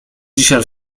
dzisiaj